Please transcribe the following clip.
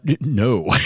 No